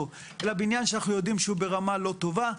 אלא בניין שאנחנו יודעים שהוא ברמה לא טובה,